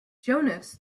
jonas